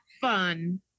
fun